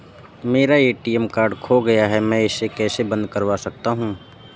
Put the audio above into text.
मेरा ATM card खो गया है मैं इसे कैसे बंद करवा सकता हूँ?